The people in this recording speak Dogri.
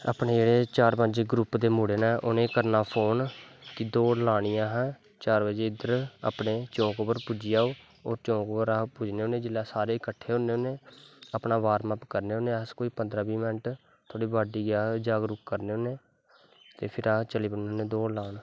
अपने जेह्ड़े चार पंज ग्रुप दे मुड़े नै उनें करनां फोन कि दौड़ लानी असैं चार बज़े इध्दर अपने चौंक पर पुज्जी जाओ और चौक पर अस जिसलै पुज्जने होने सारे कट्ठे होने होने अपना बार्मअप करने होने पंदरीां बीह् मैंन्ट थोह्ड़ा बाडिडी गी अस जागरुक करनें होने ते पिर अस चलीजन्ने होने दौड़ लान